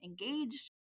engaged